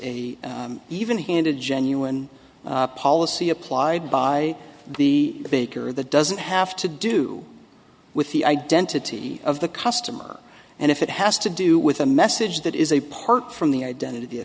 a even handed genuine policy applied by the baker that doesn't have to do with the identity of the customer and if it has to do with a message that is a part from the identity